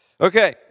Okay